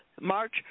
March